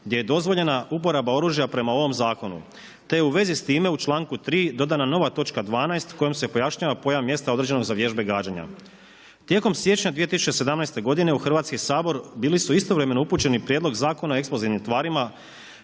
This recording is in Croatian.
gdje je dozvoljena uporaba oružja prema ovom zakonu. Te je u vezi s time u članku 3. dodana nova točka 12. kojom se pojašnjava pojam mjesta određenog za vježbe gađanja. Tijekom siječnja 2017. godine u Hrvatski sabor bili su istovremeno upućeni Prijedlog Zakona o eksplozivnim tvarima